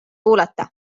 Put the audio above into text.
kuulata